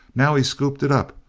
now he scooped it up,